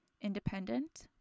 independent